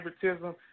favoritism